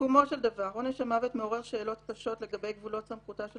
סיכומו של דבר עונש המוות מעורר שאלות קשות לגבי גבולות סמכותה של